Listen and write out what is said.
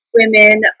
women